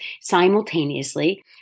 simultaneously